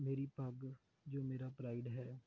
ਮੇਰੀ ਪੱਗ ਜੋ ਮੇਰਾ ਪਰਾਈਡ ਹੈ